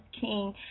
King